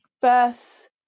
first